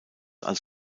als